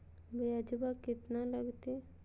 ब्यजवा केतना लगते?